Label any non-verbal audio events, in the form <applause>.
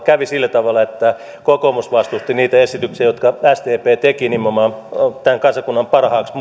kävi sillä tavalla että kokoomus vastusti niitä esityksiä jotka sdp teki nimenomaan muutoksiksi tämän kansakunnan parhaaksi <unintelligible>